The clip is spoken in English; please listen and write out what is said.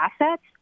assets